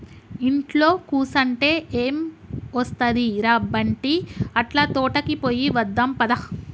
ఇంట్లో కుసంటే ఎం ఒస్తది ర బంటీ, అట్లా తోటకి పోయి వద్దాం పద